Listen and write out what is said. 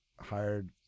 hired